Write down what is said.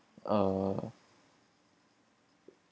uh